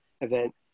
event